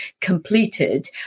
completed